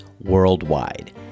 worldwide